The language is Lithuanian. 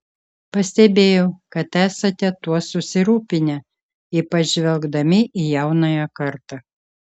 pastebėjau kad esate tuo susirūpinę ypač žvelgdami į jaunąją kartą